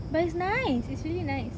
but it's nice it's really nice